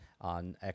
on